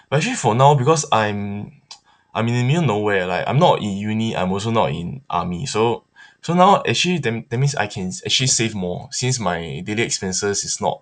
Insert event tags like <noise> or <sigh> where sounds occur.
but actually for now because I'm <noise> I'm in the middle of nowhere like I'm not in uni I'm also not in army so <breath> so now actually that means that means I can <noise> actually save more since my daily expenses is not